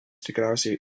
tikriausiai